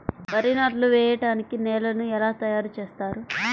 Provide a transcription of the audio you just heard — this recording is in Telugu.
వరి నాట్లు వేయటానికి నేలను ఎలా తయారు చేస్తారు?